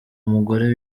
umugore